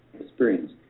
experience